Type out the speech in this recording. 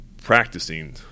practicing